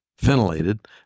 ventilated